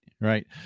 right